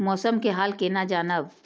मौसम के हाल केना जानब?